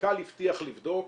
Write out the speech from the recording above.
המנכ"ל הבטיח לבדוק,